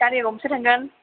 गारि गंबेसे थांगोन